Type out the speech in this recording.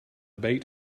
bait